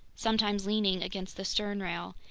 sometimes leaning against the sternrail,